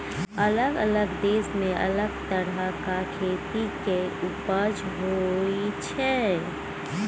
अलग अलग देश मे अलग तरहक खेती केर उपजा होइ छै